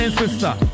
sister